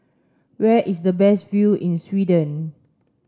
where is the best view in Sweden